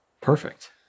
Perfect